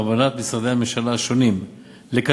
בכוונת משרדי הממשלה השונים לקדם,